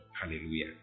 Hallelujah